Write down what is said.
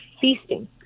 feasting